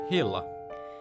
Hilla